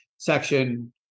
Section